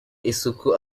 isuku